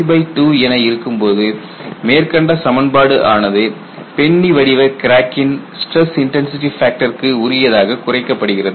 I2 2 என இருக்கும் போது மேற்கண்ட சமன்பாடு ஆனது பென்னி வடிவ கிராக்கின் ஸ்ட்ரெஸ் இன்டன்சிடி ஃபேக்டருக்கு உரியதாக குறைக்கப்படுகிறது